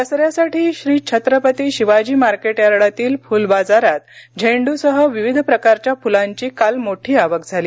दसऱ्यासाठी श्री छत्रपती शिवाजी मार्केट यार्डातील फूल बाजारात झेंड्रसह विविध प्रकारच्या फुलांची काल मोठी आवक झाली